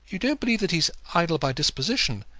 you don't believe that he's idle by disposition?